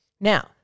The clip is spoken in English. Now